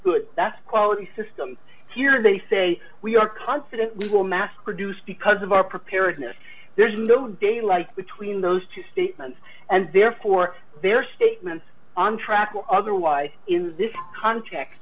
good that's quality system here they say we are confident we will mass produce because of our preparedness there's no daylight between those two statements and therefore their statements on track or otherwise in this context